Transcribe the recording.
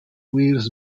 weirs